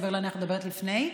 סביר להניח שאת מדברת על לפני.